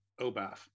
Obaf